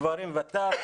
גברים וטף,